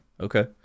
okay